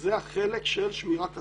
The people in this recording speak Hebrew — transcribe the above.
שזה החלק של שמירת הסף,